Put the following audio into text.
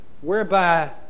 whereby